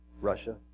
Russia